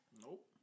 Nope